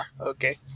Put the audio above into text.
Okay